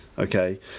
Okay